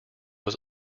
was